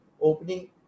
opening